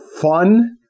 fun